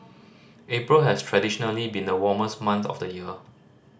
April has traditionally been the warmest month of the year